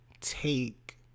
take